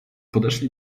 podeszli